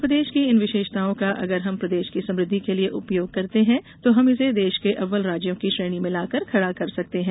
मध्यप्रदेश की इन विशेषताओं का अगर हम प्रदेश की समुद्धि के लिए उपयोग करते हैं तो हम इसे देश के अव्वल राज्यों की श्रेणी में लाकर खड़ा कर सकते हैं